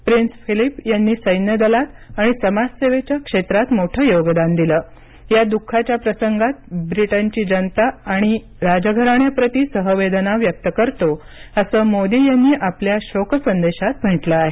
prince Philip यांनी सैन्य दलात आणि समाजसेवेच्या क्षेत्रात मोठं योगदान दिलं या दुःखाच्या प्रसंगात ब्रिटनची जनता आणि राज घराण्याप्रती सहवेदना व्यक्त करतो असं मोदी यांनी आपल्या शोक संदेशात म्हटलं आहे